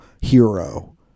hero